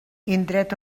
indret